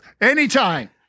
anytime